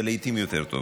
ולעיתים טוב יותר.